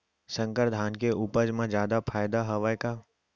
संकर धान के उपज मा जादा फायदा हवय का?